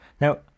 Now